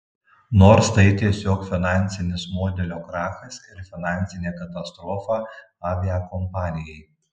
nors tai tiesiog finansinis modelio krachas ir finansinė katastrofa aviakompanijai